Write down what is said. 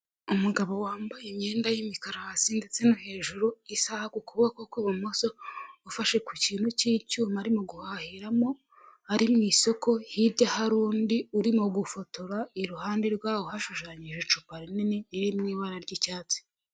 Umugabo wambaye imyenda y'imikara hasi ndetse no hejuru, isaha kuboko kw'ibumoso ufashe ku kintu cy'icyuma arimo guhahiramo, ari mu isoko, hirya hari undi urimo gufotora; iruhande rwaho hashushanyije icupa rinini riri mu ibara ry'icyatsi.